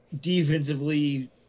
defensively